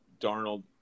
Darnold